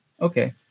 Okay